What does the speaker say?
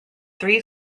three